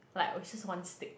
like it's just one stick